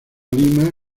lima